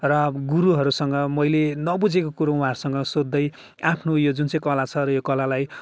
र गुरुहरूसँग मैले नबुझेको कुरो उहाँहरूसँग सोद्धै आफ्नो यो जुन चाहिँ कला छ र यो कलालाई